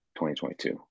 2022